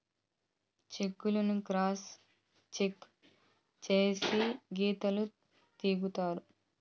check లను cross cheque చేసి గీతలు గీత్తారు